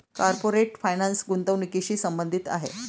corporate finance गुंतवणुकीशी संबंधित आहे